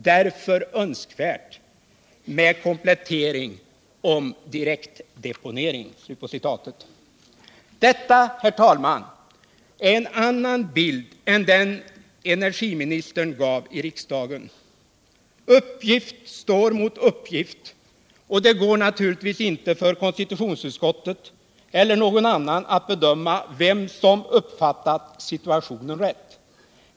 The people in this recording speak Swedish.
Därför önskvärt med komplettering om direktdeponering.” Detta, herr talman, är en annan bild än den energiministern gav i riksdagen. Uppgift står mot uppgift, och det går naturligtvis inte för konstitutionsutskottet eller någon annan att bedöma vem som uppfattat situationen rätt.